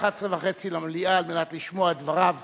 ב-11:30 למליאה על מנת לשמוע את דבריהם